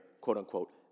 quote-unquote